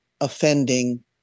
offending